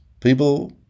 People